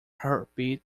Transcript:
heartbeat